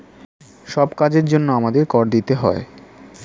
সব কাজের জন্যে আমাদের কর দিতে হয়